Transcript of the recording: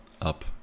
up